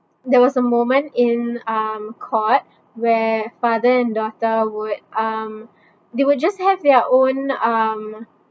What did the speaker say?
there was a moment in um court where father and daughter would um they would just have their own um